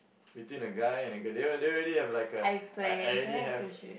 between a guy and a girl they they already have a I already have